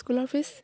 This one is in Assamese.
স্কুলৰ ফিজ